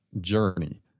journey